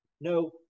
No